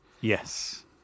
Yes